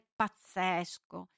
pazzesco